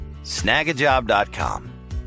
Snagajob.com